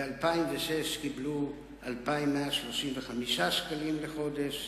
ב-2006 קיבלו 2,135 שקלים לחודש,